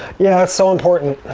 yeah so important.